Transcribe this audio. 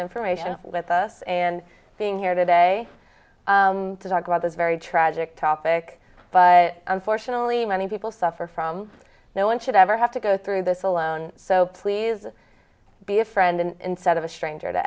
information with us and being here today to talk about this very tragic topic but unfortunately many people suffer from no one should ever have to go through this alone so please be a friend and set of a stranger to